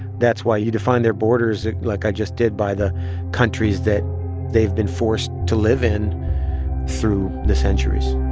that's why you define their borders like i just did by the countries that they've been forced to live in through the centuries